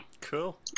Cool